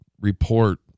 Report